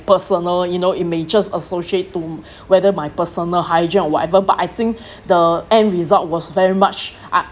personal you know it may just associate to whether my personal hygiene or whatever but I think the end result was very much uh